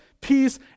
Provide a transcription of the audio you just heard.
peace